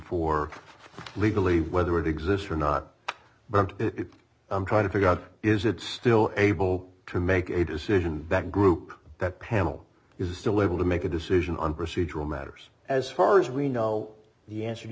for legally whether it exists or not but it i'm trying to figure out is it still able to make a decision that group that panel is still able to make a decision on procedural matters as far as we know the answer